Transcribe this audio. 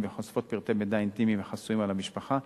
וחושפות פרטי מידע אינטימיים וחסויים על המשפחה,